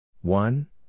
One